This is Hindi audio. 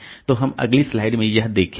तो हम अगली स्लाइड में यह देखेंगे